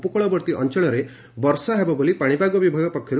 ଉପକୂଳବର୍ତ୍ତୀ ଅଅଳରେ ବର୍ଷା ହେବ ବୋଲି ପାଶିପାଗ ବିଭାଗ କହିଛି